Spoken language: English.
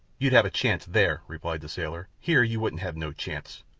you'd have a chance there, replied the sailor. here, you wouldn't have no chance.